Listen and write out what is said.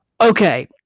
Okay